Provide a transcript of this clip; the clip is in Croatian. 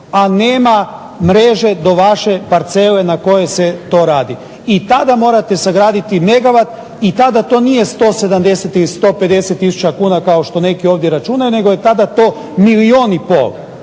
a nema mreže do vaše parcele na kojoj se to radi i tada morate sagraditi megawat i tada to nije 170 i 150 tisuća kuna kao što neki ovdje računaju, nego je tada to milijun i pol